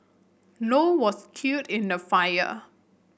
low was killed in the fire